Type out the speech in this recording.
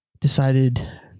decided